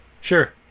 sure